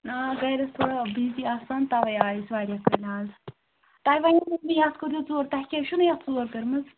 آ گَرِ ٲسۍ تھوڑا بِزی آسان تَوَے آے أسۍ واریاہ کٲلۍ اَز تۄہہِ وَنیٛوٕ مےٚ یَتھ کٔرِو ژوٗر تۄہہِ کیٛازِ چھُو نہٕ یَتھ ژوٗر کٔرمٕژ